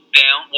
down